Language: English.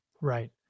Right